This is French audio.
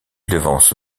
devance